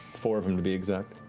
four of them, to be exact.